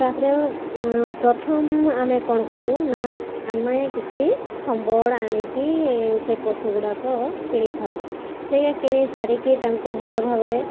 ତାପରେ ପ୍ରଥମ ଆମେ କ'ଣ କରୁ ନାଁ ଆମେ କିଛି ସମ୍ବଡ଼ ଆଣିକି ସେ ପଶୁଗୁଡ଼ାକ କିଣିଥାଉ ସେଇଗା କିଣି ସାରିକି ତାଙ୍କୁ ଭଲ ଭାବରେ